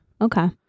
Okay